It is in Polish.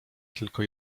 tylko